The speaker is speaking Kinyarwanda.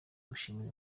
gushimira